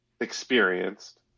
experienced